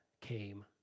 came